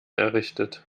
errichtet